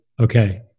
okay